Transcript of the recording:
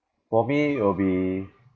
for me will be